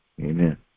Amen